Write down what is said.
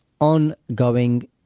ongoing